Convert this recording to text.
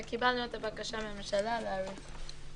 וקיבלנו את הבקשה מהממשלה להאריך.